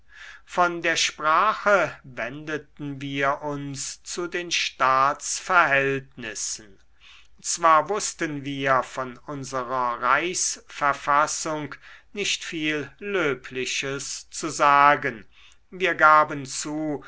von der sprache wendeten wir uns zu den staatsverhältnissen zwar wußten wir von unserer reichsverfassung nicht viel löbliches zu sagen wir gaben zu